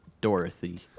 Dorothy